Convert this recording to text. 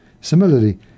Similarly